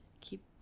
Keep